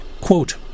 Quote